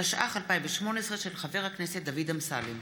התשע"ח 2018,